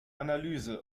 analyse